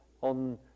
on